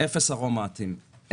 אפס ארומטיים,